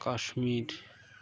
Kashmir